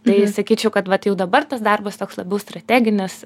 tai sakyčiau kad vat jau dabar tas darbas toks labiau strateginis